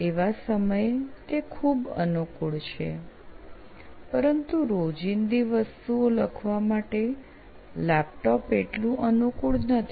એવા સમયે તે ખૂબ અનુકૂળ છે પરંતુ રોજિંદા વસ્તુ લખવા માટે લેપટોપ એટલું અનુકૂળ નથી